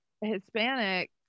hispanic